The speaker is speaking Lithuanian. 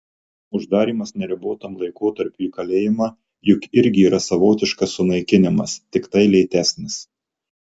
uždarymas neribotam laikotarpiui į kalėjimą juk irgi yra savotiškas sunaikinimas tiktai lėtesnis